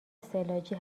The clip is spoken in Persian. استعلاجی